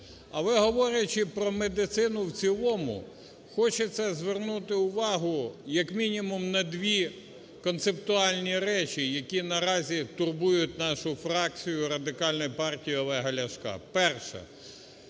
Але, говорячи про медицину в цілому, хочеться звернути увагу як мінімум на дві концептуальні речі, які на разі турбують нашу фракцію Радикальної партії Олега Ляшка. Перше.